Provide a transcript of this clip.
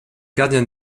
gardien